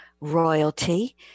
royalty